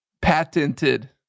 Patented